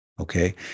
Okay